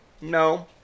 no